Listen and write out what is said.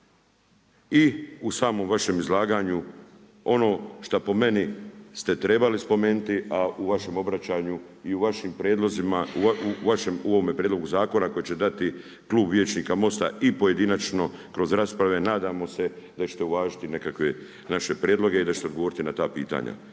i u samom vašem izlaganju ono šta po meni ste trebali spomenuti, a u vašem obraćanju i u vašem prijedlogu zakona koji će dati Klub … Most-a i pojedinačno kroz rasprave nadamo se ćete uvažiti nekakve naše prijedloge i da ćete odgovoriti na ta pitanja.